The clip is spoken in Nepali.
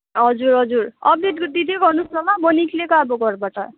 हजुर हजुर अपडेट दिँदै गर्नुहोस् न ल म निक्लेको अब घरबाट